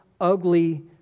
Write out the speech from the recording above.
ugly